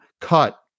cut